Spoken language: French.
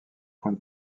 point